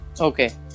Okay